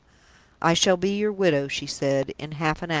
i shall be your widow, she said, in half an hour!